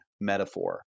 metaphor